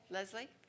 Leslie